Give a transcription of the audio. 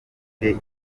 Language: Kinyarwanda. igiye